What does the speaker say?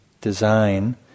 design